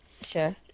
sure